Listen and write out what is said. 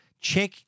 check